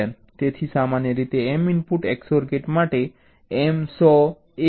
તેથી સામાન્ય રીતે m ઇનપુટ XOR ગેટ માટે m 100 1000 ગમે તે હોઈ શકે